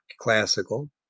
classical